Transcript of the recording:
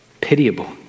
pitiable